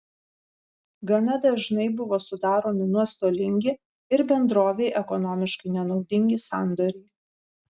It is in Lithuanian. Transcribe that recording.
gana dažnai buvo sudaromi nuostolingi ir bendrovei ekonomiškai nenaudingi sandoriai